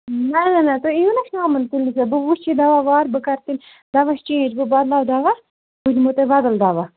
نہ نہ نہ تُہۍ یِیِو نا شامَن تُہۍ ییزیٚو بہٕ وٕچھ یہِ دَوہ وارٕ بہٕ کَرٕ تیٚلہِ دَوہ چینج بہٕ بَدلاو دَوا بہٕ دِمو تۄہہِ بَدَل دَوہ